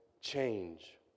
change